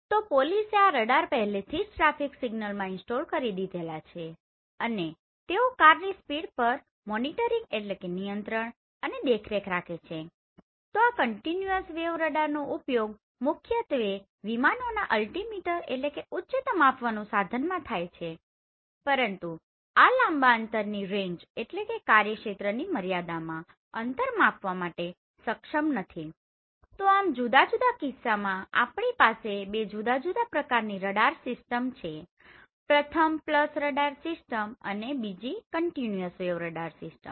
તો પોલીસે આ રડાર પહેલાથી જ ટ્રાફિક સિગ્નલ માં ઇન્સ્ટોલ કરી દીધેલા છે અને તેઓ કારની સ્પીડ પર મોનીટરીંગ Monitoringનિયંત્રણ અને દેખરેખ રાખે છેતો આ કંટીન્યુઅસ વેવ રડાર નો ઉપયોગ મુખ્યત્વે વિમાનો ના અલ્ટીમીટરAltimeter ઉચ્ચતા માપવા નું સાધન માં થાય છે પરંતુ આ લાંબા અંતરની રેન્જRange કાર્ય ક્ષેત્ર ની મર્યાદામાં અંતર માપવા માટે સક્ષમ નથી તો આમ જુદા જુદા કિસ્સામાં આપણી પાસે બે જુદા પ્રકારની રડાર સિસ્ટમ છે પ્રથમ પલ્સ રડાર સિસ્ટમ અને બીજી કંટીન્યુઅસ વેવ રડાર સિસ્ટમ